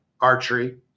archery